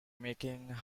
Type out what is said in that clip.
making